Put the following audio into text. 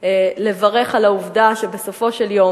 לברך על העובדה שבסופו של יום